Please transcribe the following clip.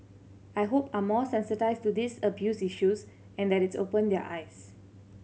I hope are more sensitised to these abuse issues and that it's opened their eyes